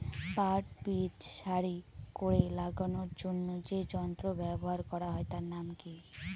পাট বীজ সারি করে লাগানোর জন্য যে যন্ত্র ব্যবহার হয় তার নাম কি?